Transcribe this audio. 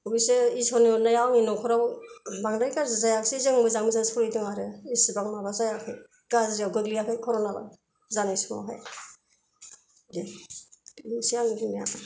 अबैसे इस'रनि अननायाव आंनि न'खराव बांद्राय गाज्रि जायाख्सै जों मोजाङै मो स'लिदों आरो इसिबां माबा जायाखै गाज्रिआव गोग्लैयाखै कर'ना जानाय समावहाइ बेनोसै आंनि बुंनाया